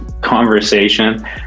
conversation